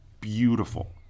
beautiful